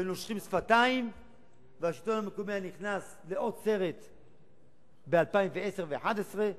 והיינו נושכים שפתיים והשלטון המקומי היה נכנס לעוד סרט ב-2010 ו-2011,